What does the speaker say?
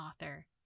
author